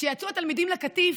כשיצאו התלמידים לקטיף,